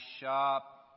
shop